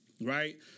right